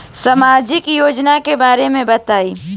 सामाजिक योजना के बारे में बताईं?